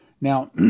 Now